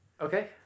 Okay